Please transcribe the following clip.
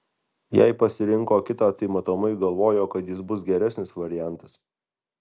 jei pasirinko kitą tai matomai galvojo kad jis bus geresnis variantas